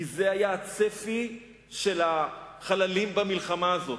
כי זה היה הצפי של החללים במלחמה הזו,